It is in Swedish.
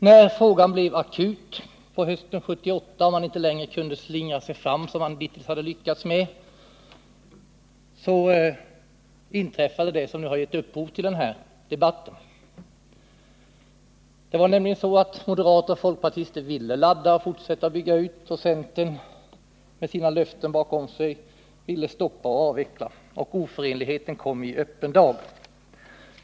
När frågan blev akut hösten 1978 och man inte längre kunde slingra sig fram som man hittills hade lyckats med, inträffade det som har givit upphov till denna debatt. Moderater och folkpartister ville ladda och fortsätta att bygga ut kärnkraftverken, medan centern med sina löften bakom sig ville stoppa och avveckla kärnkraftverken. Oförenligheten kom i öppen dager.